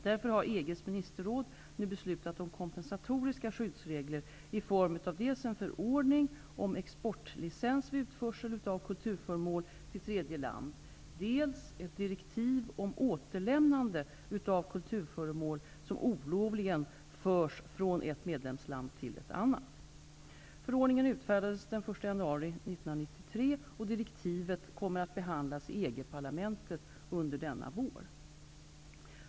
Därför har EG:s ministerråd nu beslutat om kompensatoriska skyddsregler i form av dels en förordning om exportlicens vid utförsel av kulturföremål till tredje land, dels ett direktiv om återlämnande av kulturföremål som olovligen förts från ett medlemsland till ett annat. Förordningen utfärdades den 1 januari 1993. Direktivet kommer att behandlas i EG-parlamentet under denna vår.